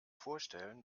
vorstellen